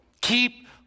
keep